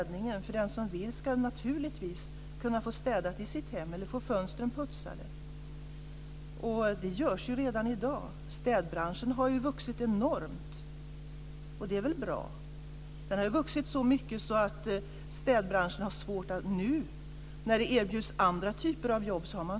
Den som vill ska naturligtvis kunna få städat i sitt hem eller få fönstren putsade, och det görs ju redan i dag. Städbranschen har vuxit så mycket - och det är väl bra - att den har svårt att få tag i arbetskraft nu när det erbjuds andra typer av jobb.